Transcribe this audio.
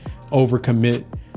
overcommit